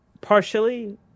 partially